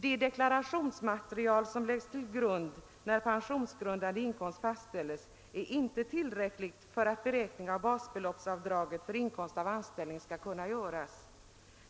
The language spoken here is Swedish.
Det deklarationsmaterial som läggs till grund när pensionsgrundande inkomst fastställs är inte tillräckligt för att beräkning av basbeloppsavdraget för inkomst av anställning skall kunna göras.